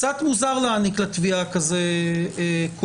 קצת מוזר להעניק לתביעה כזה כוח,